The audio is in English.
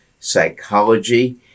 psychology